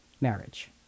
marriage